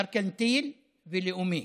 מרכנתיל ולאומי.